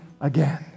again